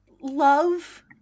love